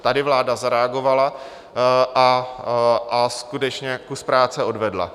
Tady vláda zareagovala a skutečně kus práce odvedla.